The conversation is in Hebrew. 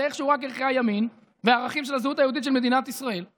זה איכשהו רק ערכים של ימין והערכים של הזהות היהודית של מדינת ישראל.